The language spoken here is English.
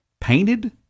Painted